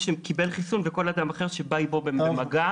שקיבל חיסון וכל אדם אחר שבא איתו במגע.